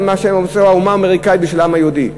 מה שעושה האומה האמריקנית בשביל העם היהודי.